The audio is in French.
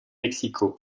mexico